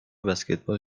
بسکتبال